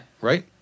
Right